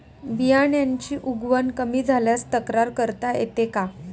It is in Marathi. बियाण्यांची उगवण कमी झाल्यास तक्रार करता येते का?